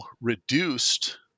reduced